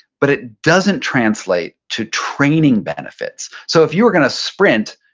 but it doesn't translate to training benefits. so if you were gonna sprint,